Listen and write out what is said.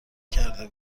کرده